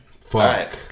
Fuck